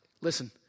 listen